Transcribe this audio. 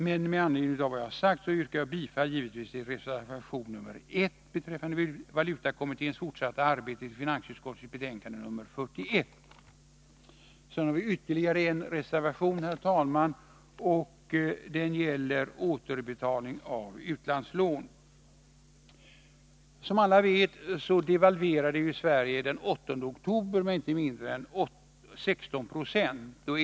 Med det anförda yrkar jag bifall till reservation 1 beträffande valutakom Sedan har vi ytterligare en reservation, herr talman, som gäller återbetalning av utlandslån. Som alla vet devalverade Sverige den 8 oktober med inte mindre än 16 96.